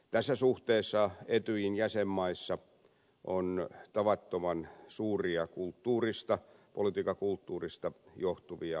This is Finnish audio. tässä suhteessa etyjin jäsen maissa on tavattoman suuria kulttuurista politiikan kulttuurista johtuvia eroja